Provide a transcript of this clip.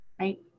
right